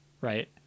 right